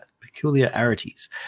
peculiarities